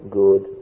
good